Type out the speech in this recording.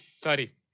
sorry